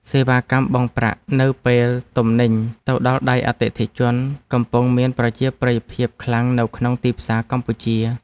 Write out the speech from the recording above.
សេវាកម្មបង់ប្រាក់នៅពេលទំនិញទៅដល់ដៃអតិថិជនកំពុងមានប្រជាប្រិយភាពខ្លាំងនៅក្នុងទីផ្សារកម្ពុជា។